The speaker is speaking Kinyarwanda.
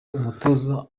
umutoza